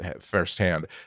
firsthand